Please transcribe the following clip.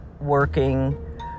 working